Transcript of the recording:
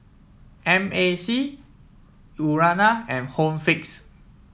M A C Urana and Home Fix